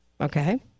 okay